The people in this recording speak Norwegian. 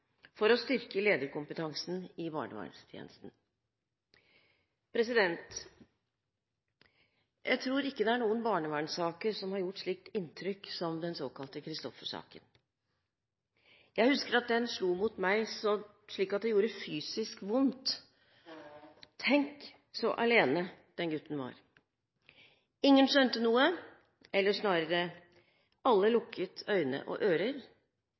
for å styrke lederkompetansen i barnevernstjenesten. Jeg tror ikke det er noen barnevernssaker som har gjort slikt inntrykk som den såkalte Christoffer-saken. Jeg husker at den slo mot meg slik at det gjorde fysisk vondt. Tenk så alene den gutten var. Ingen skjønte noe, eller snarere; alle lukket øyne og ører.